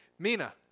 Mina